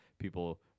people